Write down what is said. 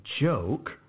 joke